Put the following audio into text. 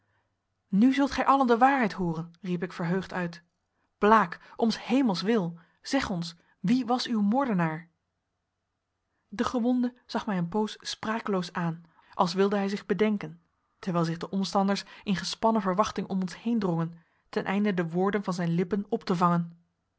nu zult gij allen de waarheid hooren riep ik verheugd uit blaek om s hemels wil zeg ons wie was uw moordenaar de gewonde zag mij een poos sprakeloos aan als wilde hij zich bedenken terwijl zich de omstanders in gespannen verwachting om ons heen drongen ten einde de woorden van zijn lippen op te vangen